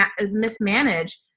mismanaged